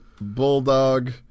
bulldog